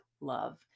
love